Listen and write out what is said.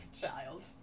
child